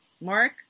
Mark